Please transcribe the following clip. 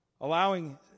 Allowing